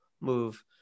move